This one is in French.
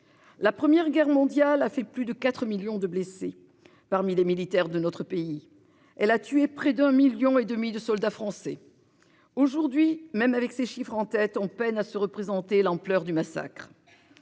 La première guerre mondiale a fait plus de 4 millions de blessés parmi les militaires de notre pays. Elle a tué près d'un million et demi de soldats français. Aujourd'hui, même avec ces chiffres en tête, on peine à se représenter l'ampleur du massacre.